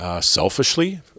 Selfishly